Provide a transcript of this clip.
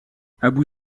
abou